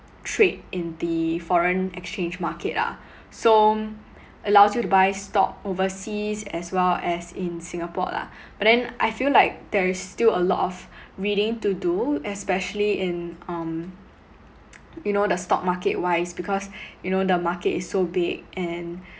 trade in the foreign exchange market ah so allows you to buy stock overseas as well as in Singapore lah but then I feel like there is still a lot of reading to do especially in um you know the stock market wise because you know the market is so big and